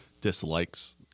dislikes